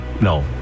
No